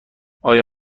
آیا